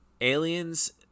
Aliens